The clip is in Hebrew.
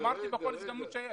אמרתי בכל הזדמנות.